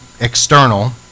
external